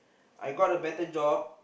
I got a better job